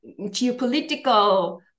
geopolitical